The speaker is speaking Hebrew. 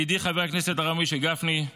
ידידי חבר הכנסת הרב משה גפני,